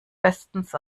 bestens